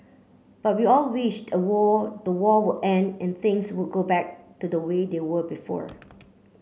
but we all wish a war the war would end and things would go back to the way they were before